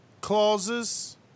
Clauses